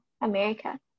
america